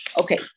okay